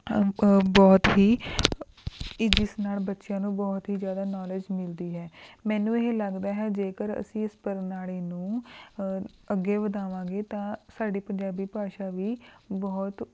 ਬਹੁਤ ਹੀ ਕਿ ਜਿਸ ਨਾਲ ਬੱਚਿਆਂ ਨੂੰ ਬਹੁਤ ਹੀ ਜ਼ਿਆਦਾ ਨੌਲੇਜ ਮਿਲਦੀ ਹੈ ਮੈਨੂੰ ਇਹ ਲੱਗਦਾ ਹੈ ਜੇਕਰ ਅਸੀਂ ਇਸ ਪ੍ਰਣਾਲੀ ਨੂੰ ਅੱਗੇ ਵਧਾਵਾਂਗੇ ਤਾਂ ਸਾਡੀ ਪੰਜਾਬੀ ਭਾਸ਼ਾ ਵੀ ਬਹੁਤ